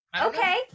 Okay